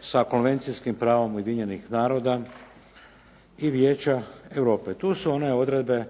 sa konvencijskim pravom Ujedinjenih naroda i Vijeća Europe. Tu su one odredbe